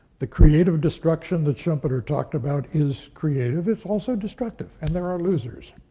the creative destruction that schumpeter talked about is creative, it's also destructive, and there are losers.